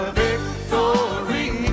victory